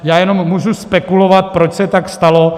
Já jenom můžu spekulovat, proč se tak stalo.